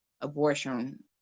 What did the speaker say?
abortion